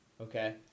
Okay